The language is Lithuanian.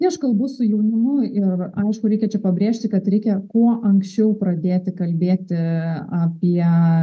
kai aš kalbu su jaunimu ir aišku reikia čia pabrėžti kad reikia kuo anksčiau pradėti kalbėti apie